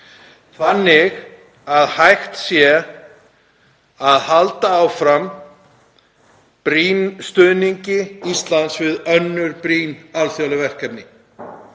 þannig að hægt sé að halda áfram stuðningi Íslands við önnur brýn alþjóðleg verkefni.